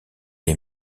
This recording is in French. est